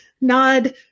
nod